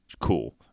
Cool